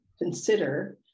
consider